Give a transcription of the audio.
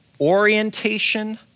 orientation